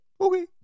okay